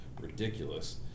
ridiculous